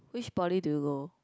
which Poly do you go